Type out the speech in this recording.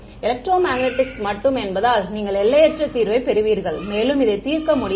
electromagnetics மட்டும் என்பதால் நீங்கள் எல்லையற்ற தீர்வைப் பெறுவீர்கள் மேலும் இதை தீர்க்க முடியாது